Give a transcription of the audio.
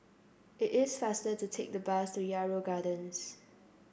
it is faster to take the bus to Yarrow Gardens